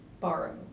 borrow